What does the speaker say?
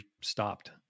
stopped